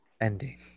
ending